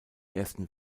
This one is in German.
ersten